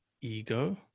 ego